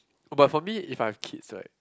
but for me if I have kids right